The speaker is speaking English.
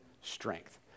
strength